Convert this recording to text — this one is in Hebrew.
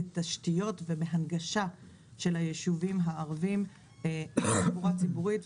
בתשתיות ובהנגשה של היישובים הערביים לתחבורה ציבורית,